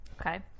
okay